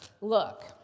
look